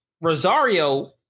Rosario